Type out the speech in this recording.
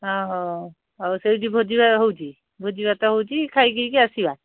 ହଁ ହଉ ହଉ ସେଇଠି ଭୋଜିି ହେଉଛି ଭୋଜିି ଭାତ ହେଉଛି ଖାଇ ପିଇକି ଆସିବା